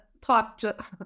talk